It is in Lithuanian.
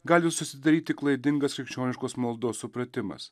gali susidaryti klaidingas krikščioniškos maldos supratimas